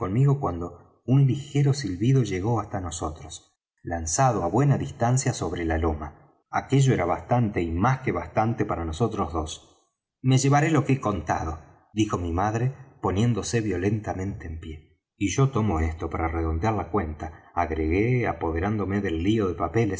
cuando un ligero silbido llegó hasta nosotros lanzado á buena distancia sobre la loma aquello era bastante y más que bastante para nosotros dos me llevaré lo que he contado dijo mi madre poniéndose violentamente en pie y yo tomo esto para redondear la cuenta agregué apoderándome del lío de papeles